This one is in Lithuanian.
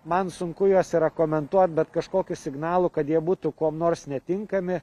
man sunku juos yra komentuot bet kažkokių signalų kad jie būtų kuom nors netinkami